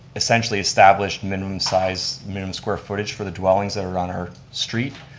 essentially established minimum size, minimum square footage for the dwellings that are on our street.